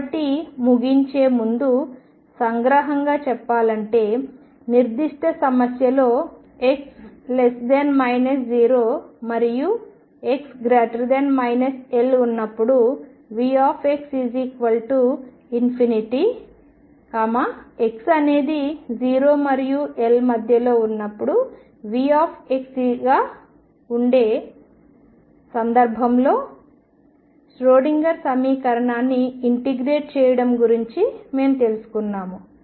కాబట్టి ముగించే ముందు సంగ్రహంగా చెప్పాలంటే నిర్దిష్ట సమస్య లో x≤0 మరియు x≥L ఉన్నప్పుడు V∞ x అనేది 0 మరియు L మధ్యలో ఉన్నప్పుడు Vగా వుండే సందర్భంలో ష్రోడింగర్ సమీకరణాన్ని ఇంటిగ్రేట్ చేయడం గురించి మేము తెలుసుకున్నాము